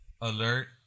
alert